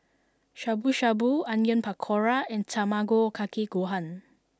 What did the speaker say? Shabu shabu Onion Pakora and Tamago Kake Gohan